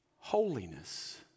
holiness